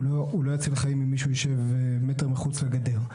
הוא לא יציל חיים אם מישהו יישב מטר מחוץ לגדר.